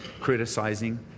criticizing